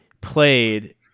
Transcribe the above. played